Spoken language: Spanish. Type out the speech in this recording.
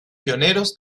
pioneros